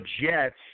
Jets